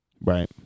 Right